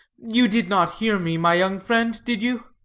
you did not hear me, my young friend, did you?